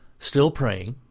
still praying,